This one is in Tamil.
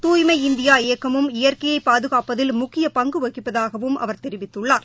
தூய்மை இந்தியா இயக்கமும் இயற்கையை பாதுகாப்பதில் முக்கிய பங்கு வகிப்பதாகவும் அவர் தெரிவித்துள்ளார்